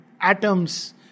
atoms